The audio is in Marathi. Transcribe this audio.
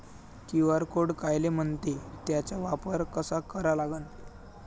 क्यू.आर कोड कायले म्हनते, त्याचा वापर कसा करा लागन?